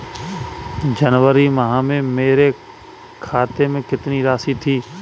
जनवरी माह में मेरे खाते में कितनी राशि थी?